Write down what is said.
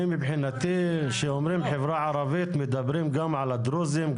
אני מבחינתי כשאומרים חברה ערבית מדברים גם על הדרוזים,